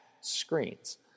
screens